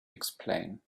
explain